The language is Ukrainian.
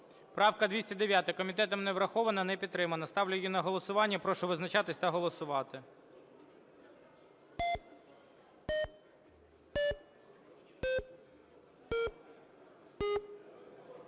Правка 209 комітетом не врахована, не підтримана. Ставлю її на голосування. Прошу визначатися та голосувати.